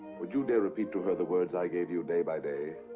would you dare repeat to her the words i gave you day by day?